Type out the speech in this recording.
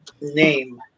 name